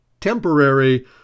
temporary